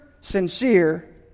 sincere